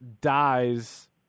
dies